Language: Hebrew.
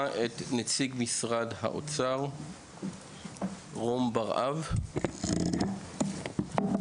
נשמע את נציג משרד האוצר, רום בר-אב, בבקשה.